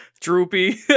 Droopy